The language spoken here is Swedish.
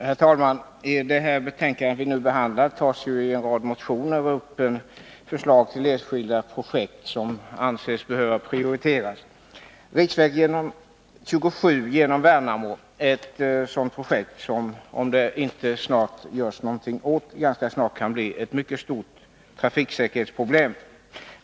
Herr talman! I det betänkande som vi nu behandlar tas upp förslag till enskilda projekt som framförts i en rad motioner och som anses behöva prioriteras. Riksväg 27 genom Värnamo är ett sådant projekt, och om det inte görs någonting kan vi ganska snart få mycket stora trafiksäkerhetsproblem här.